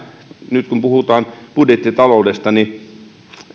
nyt kun puhutaan budjettitaloudesta niin